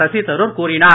சசி தருர் கூறினார்